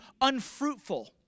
unfruitful